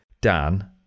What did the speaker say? Dan